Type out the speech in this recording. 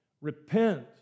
repent